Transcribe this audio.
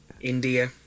India